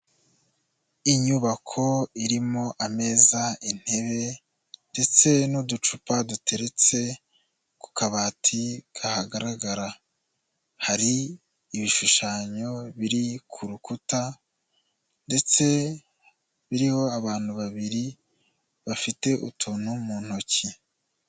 Inyubako irimo ameza, intebe ndetse n'uducupa duteretse ku kabati kagaragara, hari ibishushanyo biri ku rukuta ndetse biriho abantu babiri bafite utuntu mu ntoki.